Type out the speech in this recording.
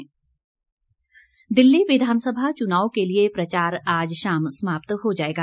मुख्यमंत्री दिल्ली विधानसभा चुनाव के लिए प्रचार आज शाम समाप्त हो जाएगा